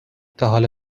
تاحالا